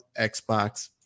Xbox